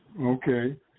Okay